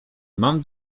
mam